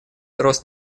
рост